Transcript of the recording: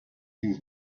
things